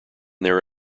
their